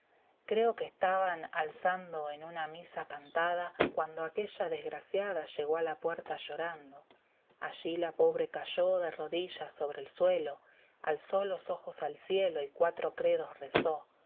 creo que estaban alzando en una misa cantada cuando aquella desgraciada llegó a la puerta llorando allí la pobre cayó de rodillas sobre el suelo alzó los ojos al cielo y cuatro credos rezó